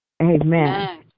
Amen